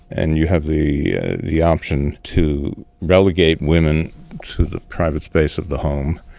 and you have the the option to relegate women to the private space of the home.